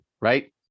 right